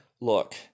Look